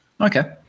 Okay